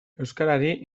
euskarari